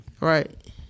Right